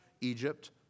Egypt